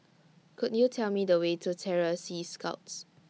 Could YOU Tell Me The Way to Terror Sea Scouts